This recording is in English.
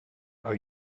are